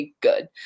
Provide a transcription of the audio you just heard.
good